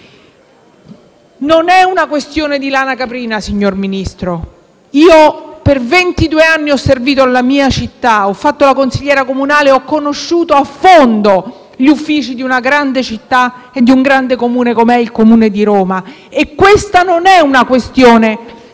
Non è una questione di lana caprina, signor Ministro. Per ventidue anni io ho servito la mia città. Ho fatto la consigliera comunale e ho conosciuto a fondo gli uffici di una grande città e di un grande Comune quale quello di Roma e questa non è una questione